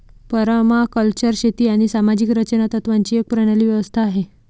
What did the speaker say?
permaculture शेती आणि सामाजिक रचना तत्त्वांची एक प्रणाली व्यवस्था आहे